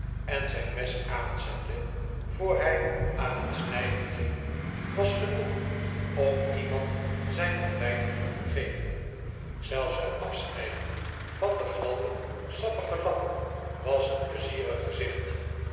en zijn mes aanzette voor hij aan het snijden ging was genoeg om iemand zijn ontbijt te doen vergeten zelfs het afsnijden van den gladden sappigen lap was een plezierig gezicht